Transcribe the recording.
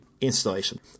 installation